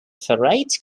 ferrite